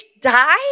die